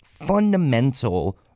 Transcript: Fundamental